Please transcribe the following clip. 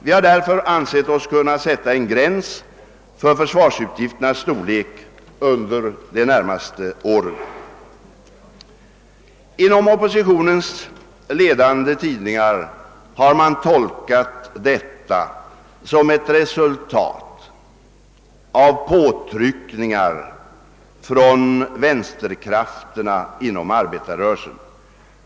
Vi har därför ansett oss kunna sätta en gräns för försvarsutgifternas storlek under de närmaste åren. Inom oppositionens ledande tidningar har man tolkat detta som ett resultat av påtryckningar från vänsterkrafterna inom arbetarrörelsen.